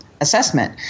assessment